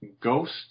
Ghost